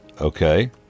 okay